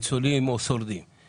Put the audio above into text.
אבל